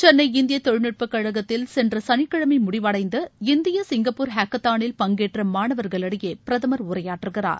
சென்னை இந்திய தொழில்நுட்ப கழகத்தில் சென்ற சனிக்கிழமை முடிவடைந்த இந்தியா சிங்கப்பூர் ஹேக்கத்தானில் பங்கேற்ற மாணவர்களிடையே பிரதமர் உரையாற்றுகிறார்